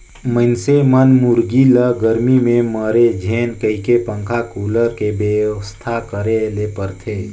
मइनसे मन मुरगी ल गरमी में मरे झेन कहिके पंखा, कुलर के बेवस्था करे ले परथे